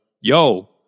yo